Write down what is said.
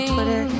Twitter